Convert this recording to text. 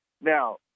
Now